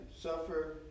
suffer